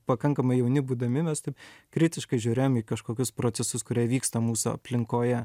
pakankamai jauni būdami mes taip kritiškai žiūrėjom į kažkokius procesus kurie vyksta mūsų aplinkoje